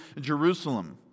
Jerusalem